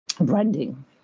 branding